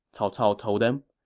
cao cao told them.